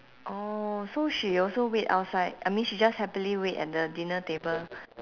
orh so she also wait outside I mean she just happily wait at the dinner table